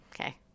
Okay